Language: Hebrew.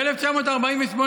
ב-1948,